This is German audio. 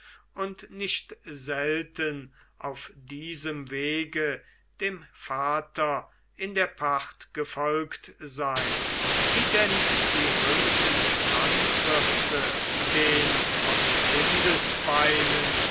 und nicht selten auf diesem wege dem vater in der pacht gefolgt sein wie denn die römischen landwirte den von kindesbeinen